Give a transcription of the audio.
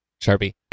Sharpie